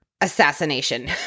assassination